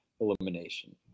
elimination